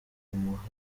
umuha